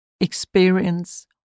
experience